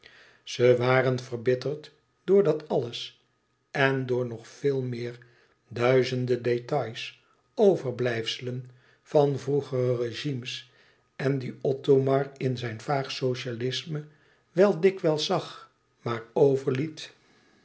ze waren verbitterd door dat alles en door nog veel meer duizende détails overblijfselen van vroegere régimes en die othomar in zijn vaag socialisme wel dikwijls zag maar